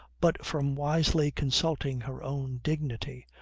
but from wisely consulting her own dignity,